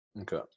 Okay